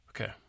Okay